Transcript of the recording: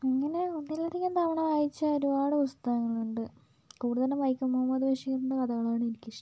അങ്ങനെ ഒന്നിലധികം തവണ വായിച്ച ഒരുപാട് പുസ്തകങ്ങൾ ഉണ്ട് കുടുതലും വൈക്കം മുഹമ്മദ് ബഷിറിൻ്റെ കഥകൾ ആണ് എനിക്ക് ഇഷ്ടം